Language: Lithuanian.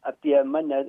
apie mane